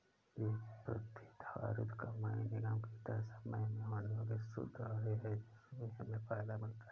ये प्रतिधारित कमाई निगम की तय समय में होने वाली शुद्ध आय है जिससे हमें फायदा मिलता है